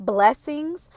Blessings